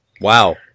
Wow